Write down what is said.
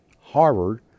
Harvard